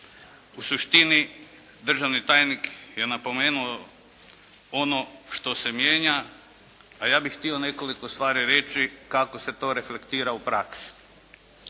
U suštini državni tajnik je napomenuo ono što se mijenja a ja bih htio nekoliko stvari reći kako se to reflektira u praksi.